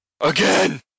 again